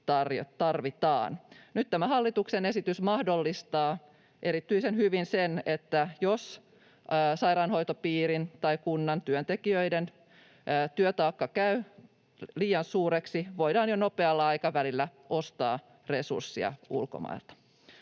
tarvitaan. Nyt tämä hallituksen esitys mahdollistaa erityisen hyvin sen, että jos sairaanhoitopiirin tai kunnan työntekijöiden työtaakka käy liian suureksi, voidaan jo lyhyellä aikavälillä ostaa resurssia ulkomailta.